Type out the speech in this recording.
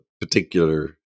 particular